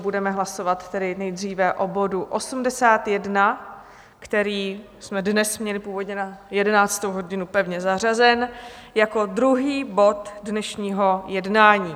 Budeme hlasovat tedy nejdříve o bodu 81, který jsme dnes měli původně na 11. hodinu pevně zařazen, jako druhý bod dnešního jednání.